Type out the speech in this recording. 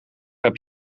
heb